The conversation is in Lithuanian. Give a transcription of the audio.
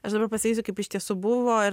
aš dabar pasakysiu kaip iš tiesų buvo ir